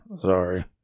sorry